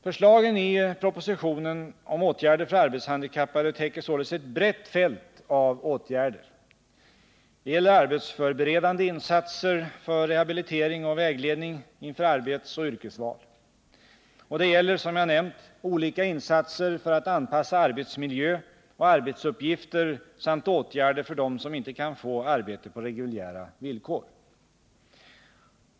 Förslagen i propositionen om åtgärder för arbetshandikappade täcker således ett brett fält av åtgärder. Det gäller arbetsförberedande insatser för rehabilitering och vägledning inför arbetsoch yrkesval, och det gäller, som jag nämnt, olika insatser för att anpassa arbetsmiljö och arbetsuppgifter samt åtgärder för dem som inte kan få arbete på reguljära villkor.